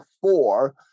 four